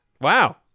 wow